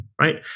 right